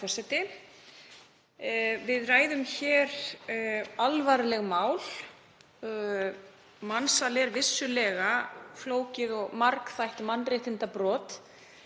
Við ræðum hér alvarleg mál. Mansal er vissulega flókið og margþætt mannréttindabrot